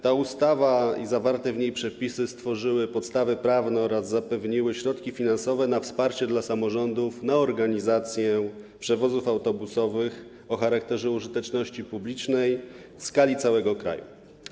Ta ustawa i zawarte w niej przepisy stworzyły podstawę prawną oraz zapewniły środki finansowe na wsparcie dla samorządów na organizację przewozów autobusowych o charakterze użyteczności publicznej w skali całego kraju.